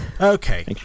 Okay